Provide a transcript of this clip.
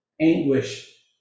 anguish